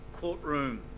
courtroom